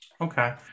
Okay